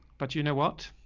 but you know what?